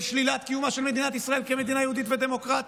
של שלילת קיומה של מדינת ישראל כמדינה יהודית ודמוקרטית,